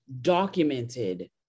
documented